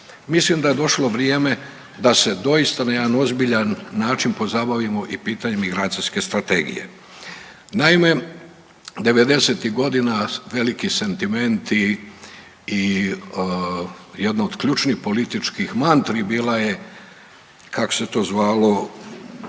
mislim da je došlo vrijeme da se doista na jedan ozbiljan način pozabavimo i pitanjem migracijske strategije. Naime, 90-ih godina veliki sentimenti i jedno od ključnih političkih mantri bila je, kako se to zvalo,